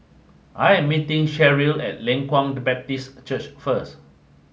I am meeting Sherrill at Leng Kwang Baptist Church first